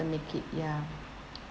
make it ya